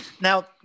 Now